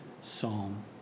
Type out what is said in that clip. psalm